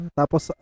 tapos